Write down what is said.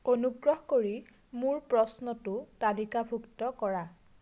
অনুগ্ৰহ কৰি মোৰ প্ৰশ্নটো তালিকাভুক্ত কৰা